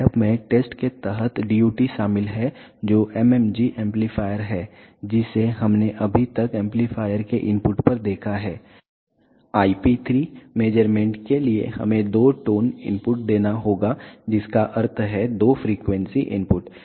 setup में test के तहत DUT शामिल है जो MMG एम्पलीफायर है जिसे हमने अभी तक एम्पलीफायर के इनपुट पर देखा है I IP3 मेज़रमेंट के लिए हमें दो टोन इनपुट देना होगा जिसका अर्थ है दो फ्रीक्वेंसी इनपुट